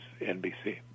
NBC